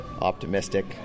optimistic